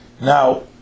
Now